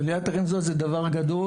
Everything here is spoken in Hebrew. אבל יחד עם זאת זה דבר גדול.